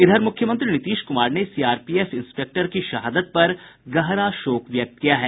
इधर मुख्यमंत्री नीतीश कुमार ने सीआरपीएफ इंस्पेक्टर की शहादत पर गहरा शोक व्यक्त किया है